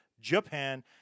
Japan